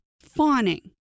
fawning